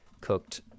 cooked